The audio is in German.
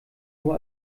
nur